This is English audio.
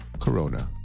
Corona